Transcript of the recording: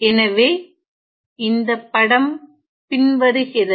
எனவே இந்த படம் பின்வருகிறது